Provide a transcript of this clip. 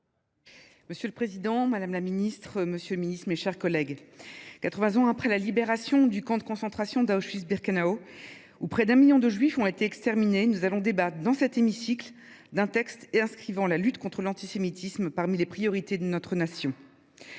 Monsieur le président, madame, monsieur les ministres, mes chers collègues, quatre vingts ans après la libération du camp de concentration d’Auschwitz Birkenau, où près de 1 million de juifs ont été exterminés, nous allons débattre, dans cet hémicycle, d’un texte inscrivant la lutte contre l’antisémitisme parmi les priorités de notre nation.